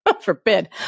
Forbid